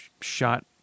shot